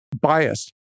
biased